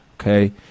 okay